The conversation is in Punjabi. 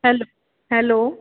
ਹੈਲ ਹੈਲੋ